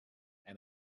and